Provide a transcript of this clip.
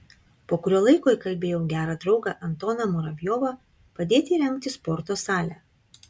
po kurio laiko įkalbėjau gerą draugą antoną muravjovą padėti įrengti sporto salę